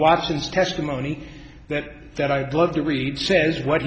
watch his testimony that that i'd love to read says what